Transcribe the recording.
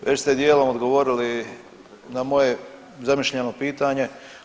Već ste dijelom odgovorili na moje zamišljeno pitanje.